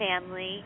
family